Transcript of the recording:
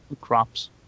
crops